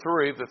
three